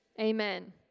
amen